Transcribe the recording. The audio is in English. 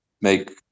make